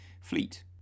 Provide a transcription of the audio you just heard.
fleet